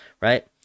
right